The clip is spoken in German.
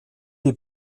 die